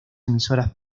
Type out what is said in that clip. emisoras